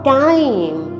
time